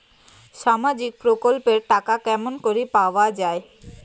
সামাজিক প্রকল্পের টাকা কেমন করি পাওয়া যায়?